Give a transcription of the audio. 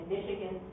Michigan